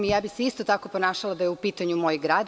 I ja bih se isto tako ponašala da je u pitanju moj grad.